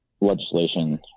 legislation